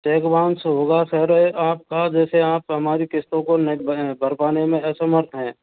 check bounce होगा फिर आपका जैसे आप हमारी किस्तों को नेट भर पाने में असमर्थ हैं